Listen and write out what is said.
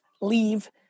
leave